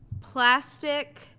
plastic